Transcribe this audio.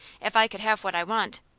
if i could have what i want.